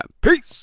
Peace